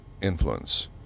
influence